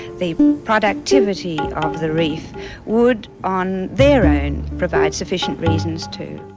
the productivity of the reef would on their own provide sufficient reasons too.